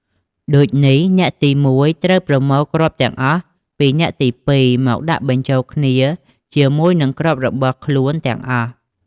ដូចនេះ អ្នកទី១ ត្រូវប្រមូលគ្រាប់ទាំងអស់ពីអ្នកទី២ មកដាក់បញ្ចូលគ្នាជាមួយនឹងគ្រាប់របស់ខ្លួនទាំងអស់។